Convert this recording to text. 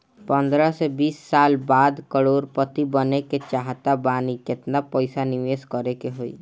पंद्रह से बीस साल बाद करोड़ पति बने के चाहता बानी केतना पइसा निवेस करे के होई?